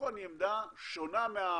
שמחון היא עמדה שונה מהעמדות